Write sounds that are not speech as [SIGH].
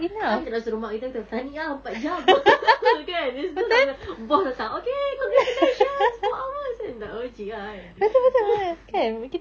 takkan kita nak suruh mak kita kata tahniah empat jam [LAUGHS] kan it's just like boss datang okay congratulations four hours kan tak logic ah kan